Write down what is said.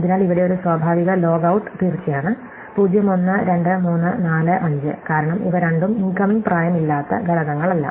അതിനാൽ ഇവിടെ ഒരു സ്വാഭാവിക ലോഗ് ഔട്ട് തീർച്ച ആണ് 0 1 2 3 4 5 കാരണം ഇവ രണ്ടും ഇൻകമിംഗ് പ്രായമില്ലാത്ത ഘടകങ്ങളല്ല